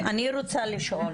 לשאול,